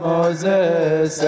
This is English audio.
Moses